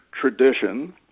tradition